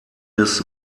des